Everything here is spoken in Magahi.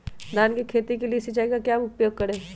धान की खेती के लिए सिंचाई का क्या उपयोग करें?